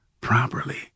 properly